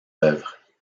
œuvres